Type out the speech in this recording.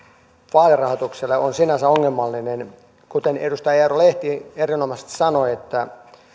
vaalirahoitukselle on sinänsä ongelmallinen kuten edustaja eero lehti erinomaisesti sanoi